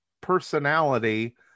personality